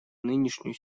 нынешнюю